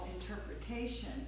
interpretation